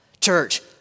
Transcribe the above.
Church